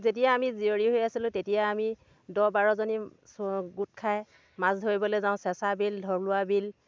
যেতিয়া আমি জীয়ৰী হৈ আছিলোঁ তেতিয়া আমি দহ বাৰজনী ছো গোট খাই মাছ ধৰিবলৈ যাওঁ চেঁচা বিল ধলুৱা বিল